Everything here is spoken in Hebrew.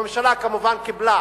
הממשלה כמובן קיבלה